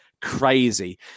crazy